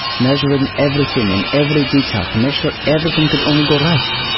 measuring everything in every detail to make sure everything could only go right,